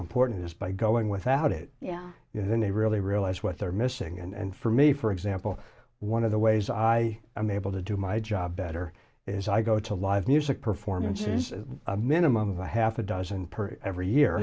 important it is by going without it yeah you know then they really realize what they're missing and for me for example one of the ways i am able to do my job better is i go to live music performances a minimum of a half a dozen per every year